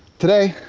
today,